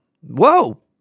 Whoa